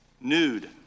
nude